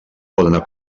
poden